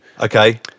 Okay